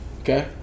Okay